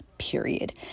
period